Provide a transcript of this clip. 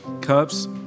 cups